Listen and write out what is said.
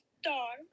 stars